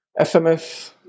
SMS